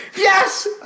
Yes